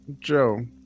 Joe